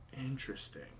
Interesting